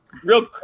Real